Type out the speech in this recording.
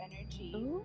energy